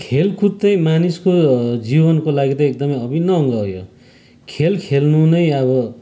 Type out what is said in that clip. खेलकुद चाहिँ मानिसको जीवनको लागि त एकदमै अभिन्न अङ्ग हो यो खेल खेल्नु नै अब